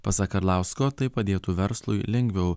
pasak arlausko tai padėtų verslui lengviau